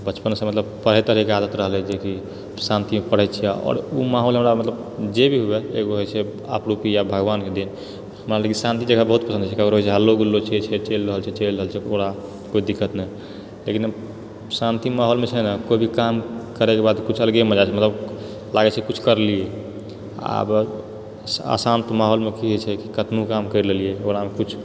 बचपनसँ मतलब पढ़ै तढ़ैके आदत रहलै जेकि शांतिमे पढ़ैत छियै आओर ओ माहौल हमरा मतलब जे भी हुए एगो होइत छै आपरुपी या भगवानके देन हमरा लेकिन शांति जगह बहुत पसन्द होइत छै ककरो होइत छै हल्लो गुल्लो छै छै चलि रहल छै पूरा कोइ दिक्कत नहि लेकिन शांति माहौलमे छै ने कोइ भी काम करएके बाद किछु अलगे मजा छै मतलब लागैत छै किछु करलिऐ आब अशांत माहौलमे की होइत छै कि कतनो काम करि लेलिऐ ओकरामे किछु